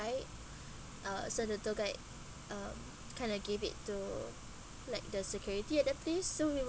uh so the tour guide um kind of gave it to like the security at that place so we